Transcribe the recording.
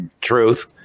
truth